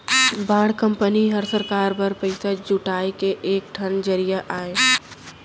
bond company हर सरकार बर पइसा जुटाए के एक ठन जरिया अय